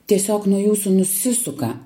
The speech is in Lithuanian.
tiesiog nuo jūsų nusisuka